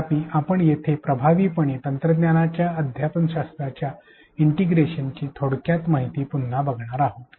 तथापि आपण येथे प्रभावीपणे तंत्रज्ञानाच्या अध्यापनशास्त्राच्या इंटिग्रेशनची थोडक्यात माहिती पुन्हा बघणार आहोत